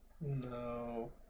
No